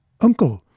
Uncle